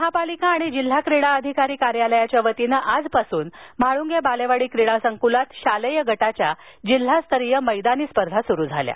महापालिका आणि जिल्हा क्रीडा अधिकारी कार्यालयाच्या वतीनं आजपासुन म्हाळुंगे बालेवाडी क्रीडासंकुलात शालेय गटाच्या जिल्हास्तरीय मैदानी स्पर्धा सुरु झाल्या आहेत